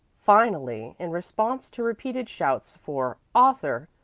finally, in response to repeated shouts for author,